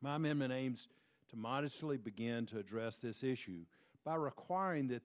mom in aims to modestly begin to address this issue by require in that